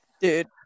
dude